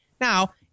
Now